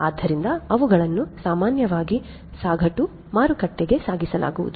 ಆದ್ದರಿಂದ ಅವುಗಳನ್ನು ಸಾಮಾನ್ಯವಾಗಿ ಸಗಟು ಮಾರುಕಟ್ಟೆಗೆ ಸಾಗಿಸಲಾಗುವುದು